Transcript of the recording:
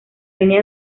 línea